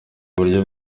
uburyo